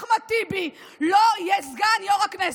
אחמד טיבי לא יהיה סגן יו"ר הכנסת.